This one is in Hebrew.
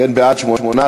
קבוצת סיעת